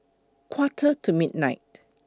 Quarter to midnight